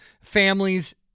families